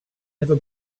never